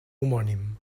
homònim